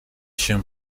się